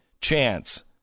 chance